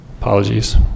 apologies